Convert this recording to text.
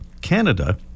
Canada